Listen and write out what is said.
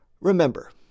Remember